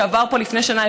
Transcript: שעבר פה לפני שנה,